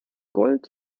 gold